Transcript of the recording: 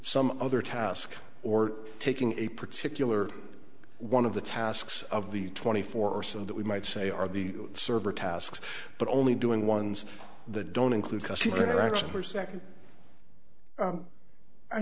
some other task or taking a particular one of the tasks of the twenty four or so that we might say are the server tasks but only doing ones that don't include customer interaction for second